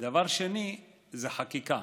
דבר שני זה חקיקה.